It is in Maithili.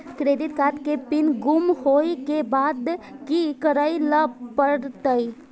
क्रेडिट कार्ड के पिन गुम होय के बाद की करै ल परतै?